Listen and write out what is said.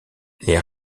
les